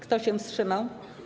Kto się wstrzymał?